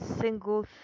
single